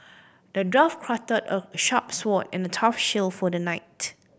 the dwarf crafted a sharp sword and a tough shield for the knight